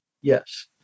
Yes